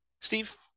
Steve